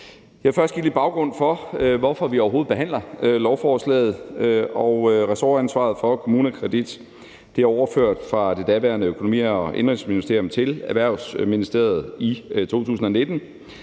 Jeg vil først give lidt baggrund for, hvorfor vi overhovedet behandler lovforslaget. Ressortansvaret for KommuneKredit blev overført fra det daværende Økonomi- og indenrigsministerium til Erhvervsministeriet i 2019,